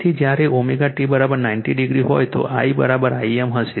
તેથી જ્યારે ωt 90 degree હોય તો I Im હશે